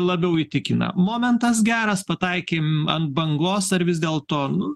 labiau įtikina momentas geras pataikėm ant bangos ar vis dėlto nu